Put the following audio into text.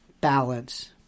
balance